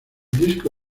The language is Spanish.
disco